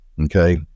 okay